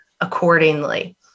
accordingly